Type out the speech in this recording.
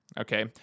Okay